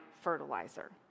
fertilizer